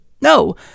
No